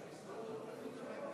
שב.